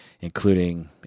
including